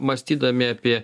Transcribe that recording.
mąstydami apie